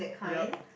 yup